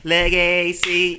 Legacy